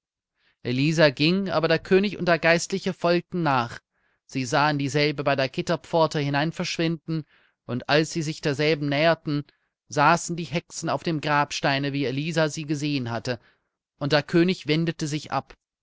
elisa ging aber der könig und der geistliche folgten nach sie sahen dieselbe bei der gitterpforte hineinverschwinden und als sie sich derselben näherten saßen die hexen auf dem grabsteine wie elisa sie gesehen hatte und der könig wendete sich ab